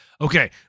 okay